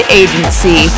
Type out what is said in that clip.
agency